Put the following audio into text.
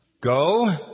Go